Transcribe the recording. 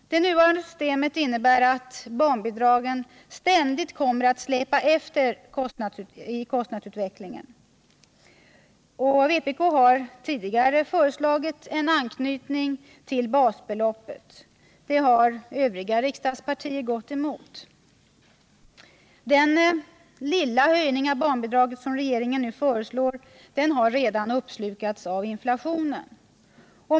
Det nuvarande systemet innebär att barnbidragen ständigt kommer att släpa efter i kostnadsutvecklingen. Vpk har tidigare föreslagit en anknytning till basbeloppet, vilket övriga riksdagspartier gått emot. Den lilla höjning av barnbidraget som regeringen nu föreslår har redan uppslukats av inflationen.